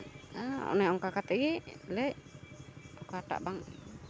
ᱚᱱᱮ ᱚᱱᱠᱟ ᱠᱟᱛᱮᱫ ᱜᱮᱞᱮ ᱚᱠᱟᱴᱟᱜ ᱵᱟᱝ